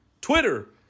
Twitter